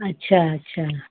अच्छा अच्छा